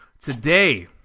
Today